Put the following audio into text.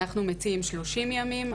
אנחנו מציעים 30 ימים,